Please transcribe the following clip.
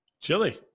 Chili